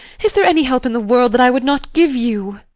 is there any help in the world that i would not give you?